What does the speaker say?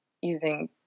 using